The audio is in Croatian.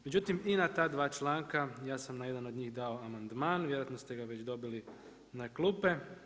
Međutim i na ta dva članka ja sam na jedan od njih dao amandman, vjerojatno ste ga već dobili na klupe.